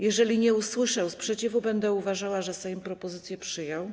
Jeżeli nie usłyszę sprzeciwu, będę uważała, że Sejm propozycję przyjął.